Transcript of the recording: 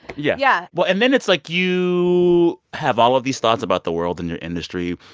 yeah yeah well, and then it's like, you have all of these thoughts about the world and your industry,